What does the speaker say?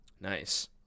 Nice